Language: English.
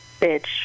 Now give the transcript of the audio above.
Bitch